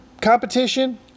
competition